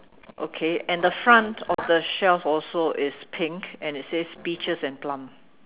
okay and the front of the shelves also is pink and it says peaches and plum